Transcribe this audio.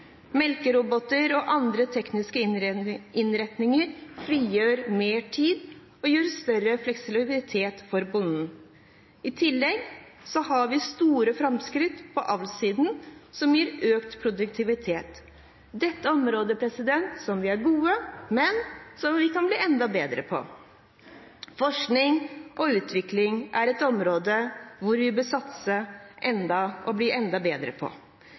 Melkeroboter og andre tekniske innretninger frigjør mer tid og gir bonden større fleksibilitet. I tillegg er det store framskritt på avlsiden, noe som gir økt produktivitet. Dette er områder hvor vi er gode, men hvor vi kan bli enda bedre. Forskning og utvikling er et område hvor vi bør satse enda mer og bli enda bedre.